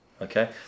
Okay